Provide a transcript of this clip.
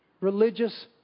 religious